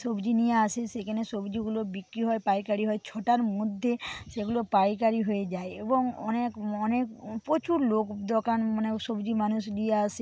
সবজি নিয়ে আসে সেখানে সবজিগুলো বিক্রি হয় পাইকারি হয় ছটার মধ্যে সেগুলো পাইকারি হয়ে যায় এবং অনেক অনেক প্রচুর লোক দোকান মানে সবজি মানুষ নিয়ে আসে